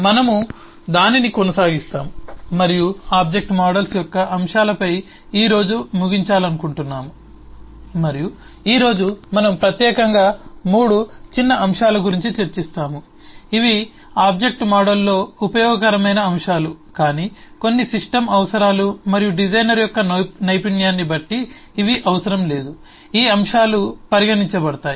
మనము దానిని కొనసాగిస్తాము మరియు ఆబ్జెక్ట్ మోడల్స్ యొక్క అంశాలపై ఈ రోజు ముగించాలనుకుంటున్నాము మరియు ఈ రోజు మనం ప్రత్యేకంగా 3 చిన్న అంశాల గురించి చర్చిస్తాము ఇవి ఆబ్జెక్ట్ మోడల్లో ఉపయోగకరమైన అంశాలు కాని కొన్ని సిస్టమ్ అవసరాలు మరియు డిజైనర్ యొక్క నైపుణ్యాన్ని బట్టి ఇవి అవసరం లేదు ఈ అంశాలు పరిగణించబడతాయి